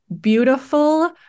beautiful